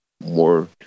more